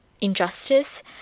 injustice